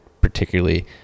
particularly